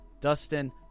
Dustin